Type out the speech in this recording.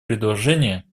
предложение